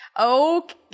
Okay